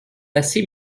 assez